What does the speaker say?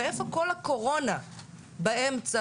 ואיפה כל הקורונה באמצע,